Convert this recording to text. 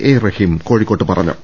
A Rahim കോഴിക്കോട്ട് പറഞ്ഞു